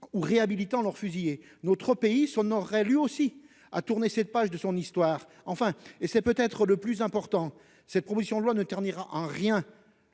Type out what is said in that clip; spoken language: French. ou réhabilitant leur fusillés notre pays, s'honorerait lui aussi à tourner cette page de son histoire. Enfin et c'est peut-être le plus important. Cette proposition de loi ne ternira en rien